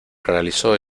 realizó